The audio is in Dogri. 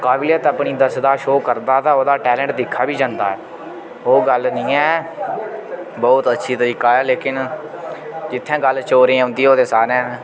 काबिलियत अपनी दसदा शो करदा ते ओह्दा टैलेंट दिक्खा बी जंदा ऐ ओह् गल्ल नी ऐ बहुत अच्छी तरीका ऐ लेकिन जित्थें गल्ल चोरें औंदी ओह् ते सारें